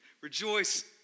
Rejoice